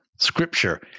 Scripture